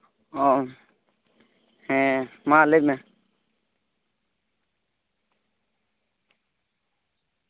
ᱚ ᱦᱮᱸ ᱢᱟ ᱞᱟᱹᱭ ᱢᱮ